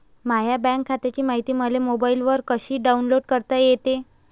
माह्या बँक खात्याची मायती मले मोबाईलवर कसी डाऊनलोड करता येते?